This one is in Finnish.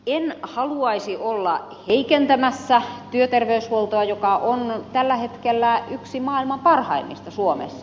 en haluaisi olla heikentämässä työterveyshuoltoa joka on tällä hetkellä yksi maailman parhaimmista suomessa